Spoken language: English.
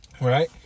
Right